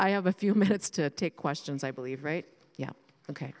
i have a few minutes to take questions i believe right yeah ok